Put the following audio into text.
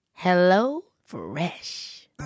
HelloFresh